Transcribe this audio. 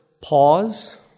pause